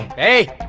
hey!